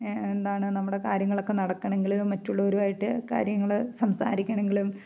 എന്താണ് നമ്മുടെ കാര്യങ്ങളൊക്കെ നടക്കണമെങ്കിൽ മറ്റുള്ളവരുമായിട്ട് കാര്യങ്ങൾ സംസാരിക്കണമെങ്കിലും